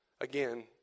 Again